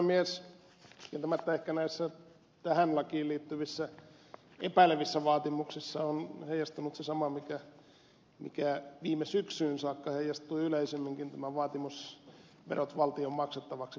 kieltämättä ehkä näissä tähän lakiin liittyvissä epäilevissä vaatimuksissa on heijastunut se sama mikä viime syksyyn saakka heijastui yleisemminkin tämä vaatimus verot valtion maksettavaksi periaatteesta